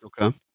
Okay